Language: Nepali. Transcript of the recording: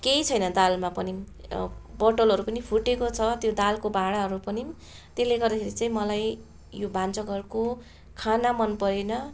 केही छैन दालमा पनि बोतलहरू पनि फुटेको छ त्यो दालको भाँडाहरू पनि त्यसले गर्दाखेरि चाहिँ मलाई यो भान्साघरको खाना मन परेन